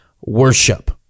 worship